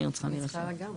מי בעד?